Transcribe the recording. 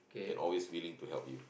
and always willing to help you